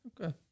okay